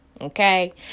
Okay